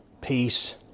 peace